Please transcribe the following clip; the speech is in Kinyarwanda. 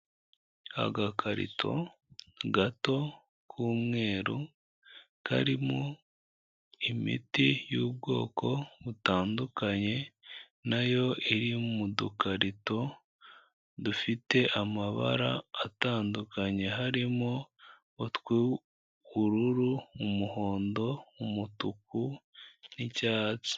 Agakarito gato k'umweru karimo imiti y'ubwoko butandukanye, na yo iri mu dukarito dufite amabara atandukanye harimo utw'ubururu, umuhondo, umutuku n'icyatsi.